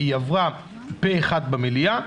היא עברה פה אחד במליאה,